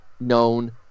known